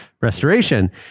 restoration